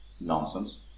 nonsense